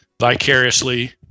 vicariously